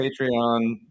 Patreon